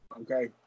Okay